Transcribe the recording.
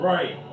Right